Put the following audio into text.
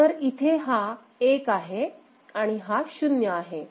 तर इथे हा एक आहे आणि हा 0 आहे